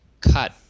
cut